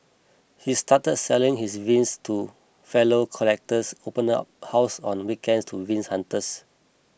he started selling his vinyls to fellow collectors open up house on weekends to vinyl hunters